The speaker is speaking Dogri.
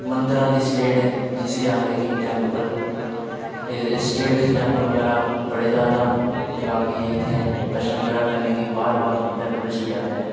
मंदरा दी स्टेट ऐ जिसी आखदे की टेम्पल स्टेट बिच टेम्पल बगैरा बड़े जादा न ते बाकि इ'त्थें दर्शन बगैरा करने गै बाह्र बाह्र दा टूरिस्ट बी आंदे न